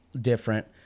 different